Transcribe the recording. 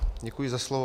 Děkuji za slovo.